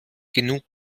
genug